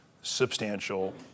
substantial